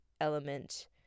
element